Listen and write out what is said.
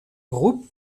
groupe